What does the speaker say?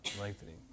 lengthening